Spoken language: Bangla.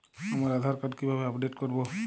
আমার আধার কার্ড কিভাবে আপডেট করব?